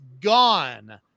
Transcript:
gone